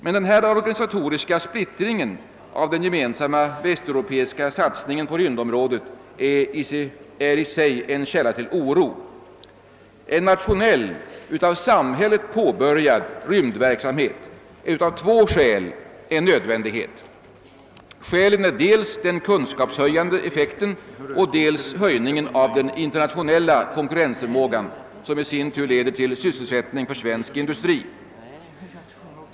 Denna organisatoriska splittring av den gemensamma västeuropeiska satsningen på rymdområdet är emellertid i sig en källa till oro. En nationell, av samhället påbörjad rymdverksamhet är av två skäl en nödvändighet. Skälen är dels den kunskapshöjande effekten och dels höjningen av den internationella konkurrensförmågan, som i sin tur leder till sysselsättning för svensk industri.